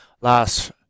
last